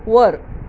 वर